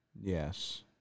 Yes